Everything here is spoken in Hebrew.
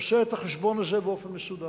לא עושה את החשבון הזה באופן מסודר.